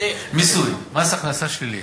מס הכנסה שלילי.